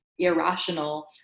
Irrational